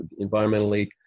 environmentally